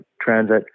transit